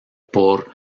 por